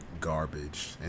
garbage